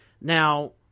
Now